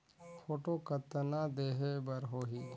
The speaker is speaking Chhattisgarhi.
फोटो कतना देहें बर होहि?